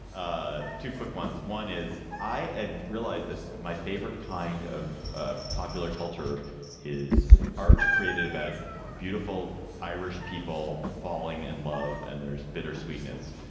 ah two quick ones. one is i ah realize that my favorite kind of ah popular culture is art created about beautiful irish people falling in love. and there's bittersweetness.